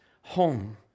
home